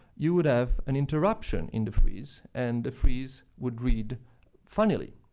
you would have an interruption in the frieze, and the frieze would read funnily.